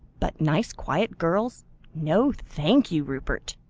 but nice quiet girls no, thank you, rupert!